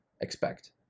expect